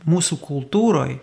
mūsų kultūroj